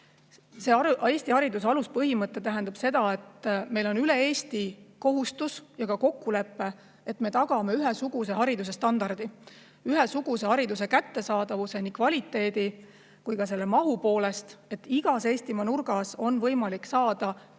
See Eesti hariduse aluspõhimõte tähendab seda, et meil on üle Eesti kohustus ja ka kokkulepe, et me tagame ühesuguse hariduse standardi, ühesuguse hariduse kättesaadavuse nii kvaliteedi kui ka mahu poolest. Igas Eestimaa nurgas on võimalik saada hästi